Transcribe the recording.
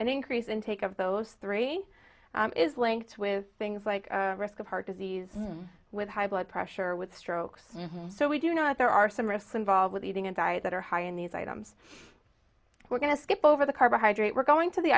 and increase intake of those three is linked with things like risk of heart disease with high blood pressure with strokes so we do know that there are some risks involved with eating a diet that are high in these items we're going to skip over the carbohydrate we're going to the